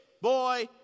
boy